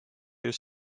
just